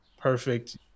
perfect